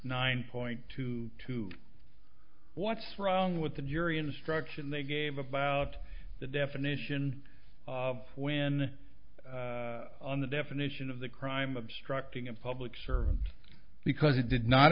nine point two two what's wrong with the jury instruction they gave about the definition when on the definition of the crime obstructing a public servant because it did not